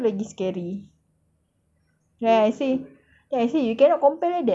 then I say then I say you cannot compare it that ah it's different [what]